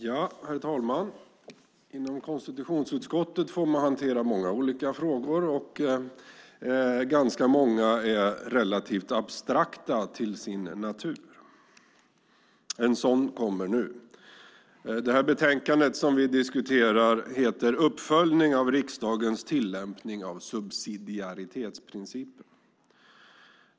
Herr talman! Inom konstitutionsutskottet får man hantera många olika frågor, och ganska många är relativt abstrakta till sin natur. En sådan kommer nu. Det betänkande som vi diskuterar heter Uppföljning av riksdagens tillämpning av subsidiaritetsprincipen .